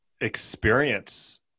experience